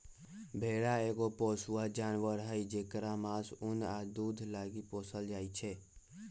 भेड़ा एगो पोसुआ जानवर हई जेकरा मास, उन आ दूध लागी पोसल जाइ छै